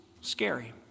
scary